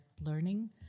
learning